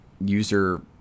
user